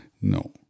no